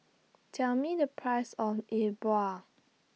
Tell Me The Price of E Bua